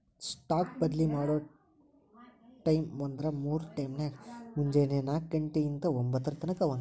stock ಬದ್ಲಿ ಮಾಡೊ ಟೈಮ್ವ್ಂದ್ರ ಮೂರ್ ಟೈಮ್ನ್ಯಾಗ, ಮುಂಜೆನೆ ನಾಕ ಘಂಟೆ ಇಂದಾ ಒಂಭತ್ತರ ತನಕಾ ಒಂದ್